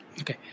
Okay